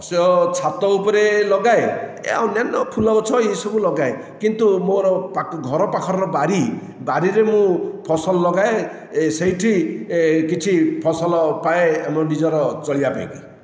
ସ ଛାତ ଉପରେ ଲଗାଏ ଆଉ ଅନ୍ୟାନ ଫୁଲ ଗଛ ଏସବୁ ଲଗାଏ କିନ୍ତୁ ମୋର ଘର ପାଖର ବାରି ବାରିରେ ମୁଁ ଫସଲ ଲଗାଏ ସେଇଠି କିଛି ଫସଲ ପାଏ ଆମ ନିଜର ଚଳିବା ପାଇଁ